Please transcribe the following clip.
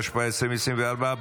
התשפ"ה 2024,